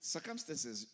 Circumstances